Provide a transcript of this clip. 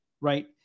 Right